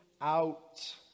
out